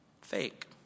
fake